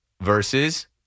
Versus